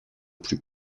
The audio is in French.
plus